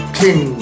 king